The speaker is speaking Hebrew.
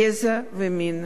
גזע ומין".